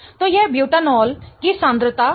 तो यह ब्यूटानॉल की सांद्रता है